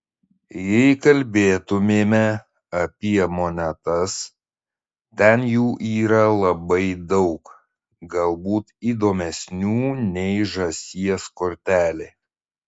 jei kalbėtumėme apie monetas ten jų yra labai daug galbūt įdomesnių nei žąsies kortelė